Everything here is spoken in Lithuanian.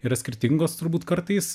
yra skirtingos turbūt kartais